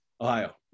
Ohio